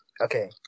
Okay